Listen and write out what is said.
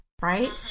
right